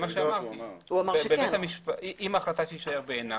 אם ההחלטה תישאר בעינה,